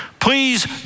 Please